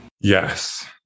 Yes